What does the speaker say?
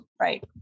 Right